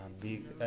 big